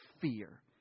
fear